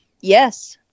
Yes